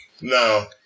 No